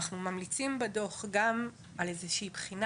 אנחנו ממליצים בדוח גם על איזושהי בחינה